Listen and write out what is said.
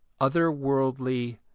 otherworldly